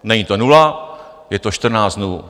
Není to nula, je to 14 dnů.